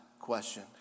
question